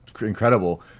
incredible